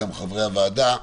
גם חברי הוועדה,